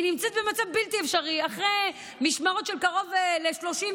היא נמצאת במצב בלתי אפשרי אחרי משמרות של קרוב ל-30,